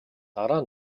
дараа